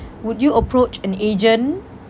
would you approach an agent